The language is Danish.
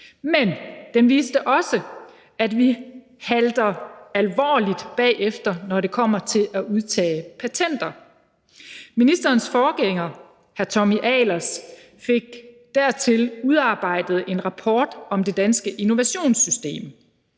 men den viste også, at vi halter alvorligt bagefter, når det kommer til at udtage patenter. Ministerens forgænger, hr. Tommy Ahlers, fik dertil udarbejdet en rapport om det danske innovationssystem.